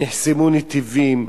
נחסמו נתיבים,